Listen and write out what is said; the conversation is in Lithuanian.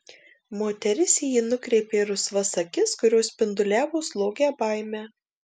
moteris į jį nukreipė rusvas akis kurios spinduliavo slogią baimę